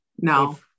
No